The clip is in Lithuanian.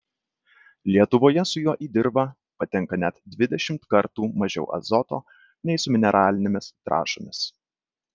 lietuvoje su juo į dirvą patenka net dvidešimt kartų mažiau azoto nei su mineralinėmis trąšomis